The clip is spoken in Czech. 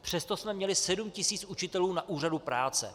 Přesto jsme měli 7 tisíc učitelů na úřadu práce.